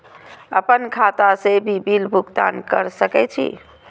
आपन खाता से भी बिल भुगतान कर सके छी?